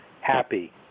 happy